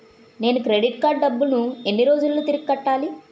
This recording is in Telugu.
నేను క్రెడిట్ కార్డ్ డబ్బును ఎన్ని రోజుల్లో తిరిగి కట్టాలి?